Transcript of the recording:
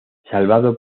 salvado